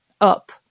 up